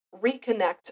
reconnect